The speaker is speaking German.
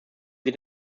sie